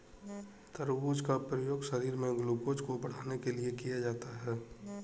तरबूज का प्रयोग शरीर में ग्लूकोज़ को बढ़ाने के लिए किया जाता है